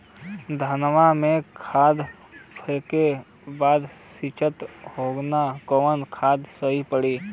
धनवा में खाद फेंके बदे सोचत हैन कवन खाद सही पड़े?